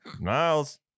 Miles